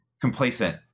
complacent